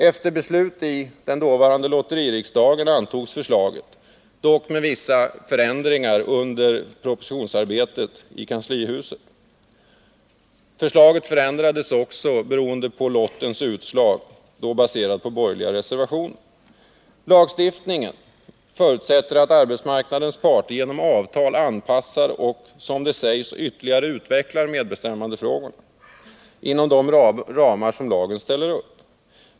Efter beslut i den dåvarande lotteririksdagen antogs förslaget. Dock gjordes vissa förändringar under propositionsarbetet i kanslihuset. Förslaget förändrades också beroende på lottens utslag, och de förändringarna baserades på socialdemokratiska reservationer. Lagstiftningen förutsätter att arbetsmarknadens parter genom avtal anpassar och, som det sägs, ytterligare utvecklar medbestämmandefrågorna inom de ramar som lagen ställer upp.